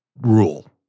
rule